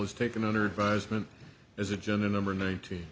is taken under advisement is agenda number ninety